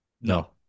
No